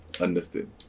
Understood